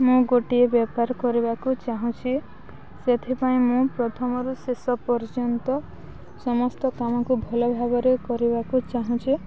ମୁଁ ଗୋଟିଏ ବେପାର କରିବାକୁ ଚାହୁଁଛି ସେଥିପାଇଁ ମୁଁ ପ୍ରଥମରୁ ଶେଷ ପର୍ଯ୍ୟନ୍ତ ସମସ୍ତ କାମକୁ ଭଲ ଭାବରେ କରିବାକୁ ଚାହୁଁଛି